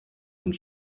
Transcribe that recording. und